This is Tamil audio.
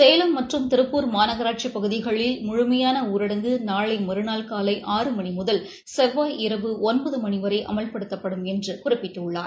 சேலம் மற்றும் திருப்பூர் மாநகராட்சிப் பகுதிகளில் முழுமையான ஊரடங்கு நாளை மறுநாள் காலை ஆறு மணி முதல் செவ்வாய் இரவு ஒன்பது மணி வரை அமல்படுத்தப்படும் என்று குறிப்பிட்டுள்ளார்